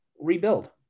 rebuild